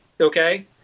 okay